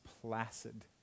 placid